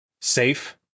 safe